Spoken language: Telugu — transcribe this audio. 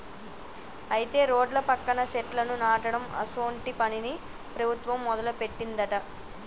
అయితే రోడ్ల పక్కన సెట్లను నాటడం అసోంటి పనిని ప్రభుత్వం మొదలుపెట్టిందట